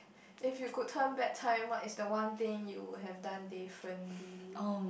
if you could turn back time what is the one thing you would have done differently